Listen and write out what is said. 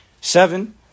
Seven